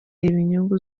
inyungu